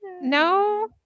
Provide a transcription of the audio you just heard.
No